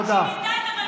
שהיא מינתה את המנכ"ל שלה,